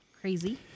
crazy